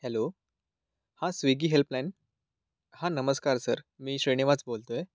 hello हा Swiggy helpline हा नमस्कार सर मी श्रीनिवास बोलतो आहे